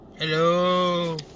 Hello